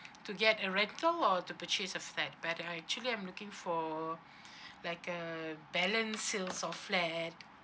to get a rental or to purchase a flat better actually I'm looking for like uh balance sales or flat